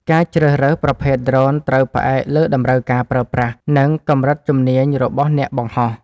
ការជ្រើសរើសប្រភេទដ្រូនត្រូវផ្អែកលើតម្រូវការប្រើប្រាស់ និងកម្រិតជំនាញរបស់អ្នកបង្ហោះ។